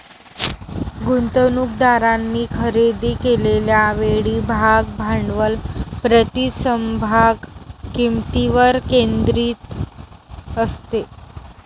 गुंतवणूकदारांनी खरेदी केलेल्या वेळी भाग भांडवल प्रति समभाग किंमतीवर केंद्रित असते